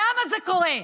למה זה קורה?